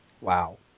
Wow